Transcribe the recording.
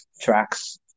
tracks